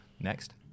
next